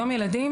היום ילדים,